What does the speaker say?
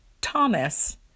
Thomas